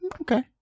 Okay